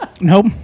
nope